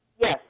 yes